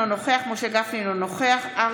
אינו נוכח משה גפני,